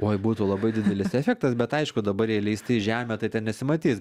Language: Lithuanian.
oi būtų labai didelis efektas bet aišku dabar įlįsti į žemę tai ten nesimatys